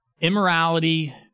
immorality